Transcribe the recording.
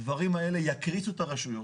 הדברים האלה יקריסו את הרשויות